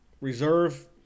reserve